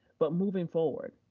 but moving forward,